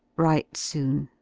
write soon,